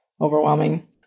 overwhelming